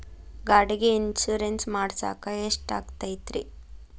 ಗಾಡಿಗೆ ಇನ್ಶೂರೆನ್ಸ್ ಮಾಡಸಾಕ ಎಷ್ಟಾಗತೈತ್ರಿ?